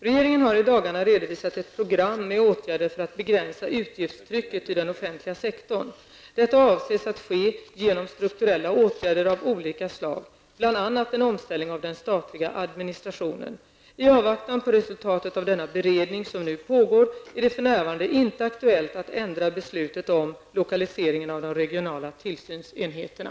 Regeringen har i dagarna redovisat ett program med åtgärder för att begränsa utgiftstrycket i den offentliga sektorn. Detta avses att ske genom strukturella åtgärder av olika slag, bl.a. en omställning av den statliga administrationen. I avvaktan på resultatet av den beredning som nu pågår är det för närvarande inte aktuellt att ändra beslutet om lokaliseringen av de regionala tillsynsenheterna.